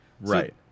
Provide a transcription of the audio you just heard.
right